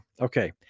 Okay